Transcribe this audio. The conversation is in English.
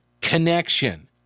connection